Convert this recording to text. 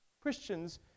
Christians